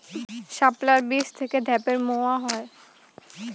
শাপলার বীজ থেকে ঢ্যাপের মোয়া হয়?